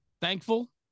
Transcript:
thankful